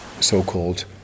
so-called